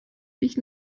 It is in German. ich